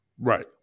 Right